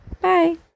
Bye